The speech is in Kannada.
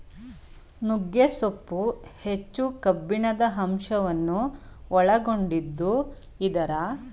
ನುಗ್ಗೆ ಸೊಪ್ಪು ಹೆಚ್ಚು ಕಬ್ಬಿಣದ ಅಂಶವನ್ನು ಒಳಗೊಂಡಿದ್ದು ಇದರ ಸೊಪ್ಪು ಕಾಯಿಯನ್ನು ಸಾಂಬಾರ್ ಮಾಡಿ ತಿನ್ನಬೋದು